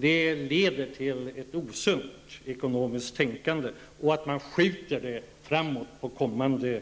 Det leder till ett osunt ekonomiskt tänkande och att man skjuter kostnaden framåt på kommande